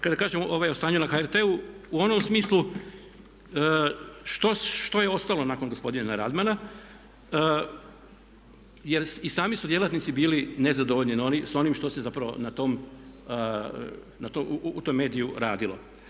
Kada kažem o stanju na HRT-u u onom smislu što je ostalo nakon gospodina Radmana, jer i sami su djelatnici bili nezadovoljni sa onim što se zapravo na tom, u tom mediju radilo.